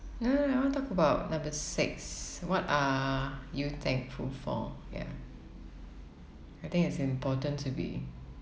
no no no I wanna talk about number six what are you thankful for ya I think it's important to be